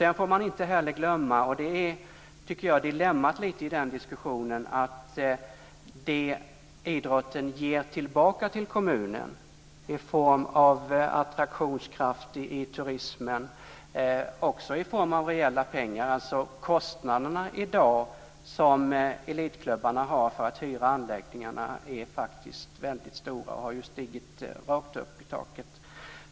Sedan får man inte heller glömma - och jag tycker att det är litet av dilemmat i den här diskussionen - det idrotten ger tillbaka till kommunen i form av attraktionskraft för turismen och även i form av reella pengar. De kostnader som elitklubbarna har för att hyra anläggningarna är faktiskt väldigt stora och har stigit rakt upp i taket.